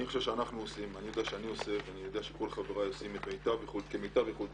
אני יודע שאני עושה וחבריי עושים את המיטב עם כל